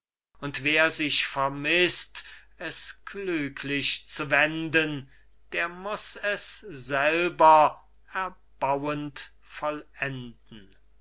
und wer sich vermißt es klüglich zu wenden der muß es selber erbauend vollenden